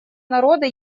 народа